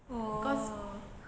oh